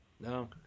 No